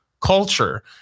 culture